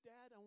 Dad